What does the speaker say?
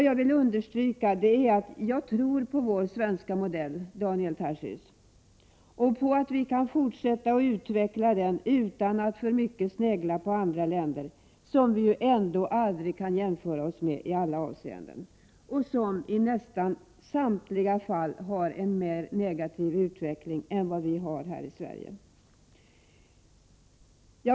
Jag vill emellertid understryka att jag tror på vår svenska modell, Daniel Tarschys, och på att vi kan fortsätta att utveckla denna utan att alltför mycket behöva snegla på andra länder, som vi ju ändå aldrig kan jämföra oss med i alla avseenden och som i nästan samtliga fall har en mer negativ utveckling än vad vi har här i Sverige.